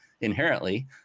inherently